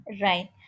Right